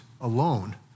alone